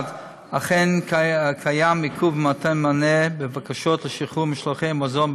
1. אכן קיים עיכוב במתן מענה בבקשות לשחרור משלוחי מזון,